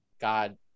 god